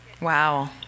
Wow